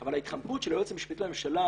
אבל ההתחמקות של היועץ המשפטי לממשלה